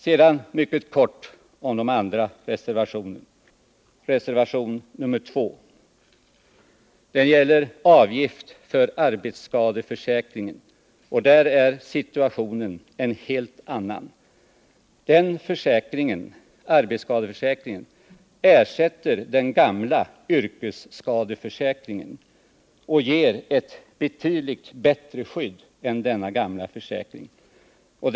Sedan mycket kort om de andra reservationerna: Reservation nr 2 gäller avgifter för arbetsskadeförsäkringen, och där är situationen en helt annan. Den försäkringen ersätter den gamla yrkesskadeförsäkringen och ger ett betydligt bättre skydd än den gamla försäkringen.